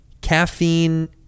caffeine